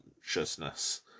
consciousness